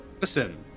Listen